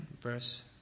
verse